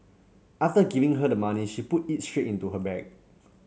after giving her the money she put it straight into her bag